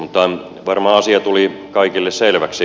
mutta varmaan asia tuli kaikille selväksi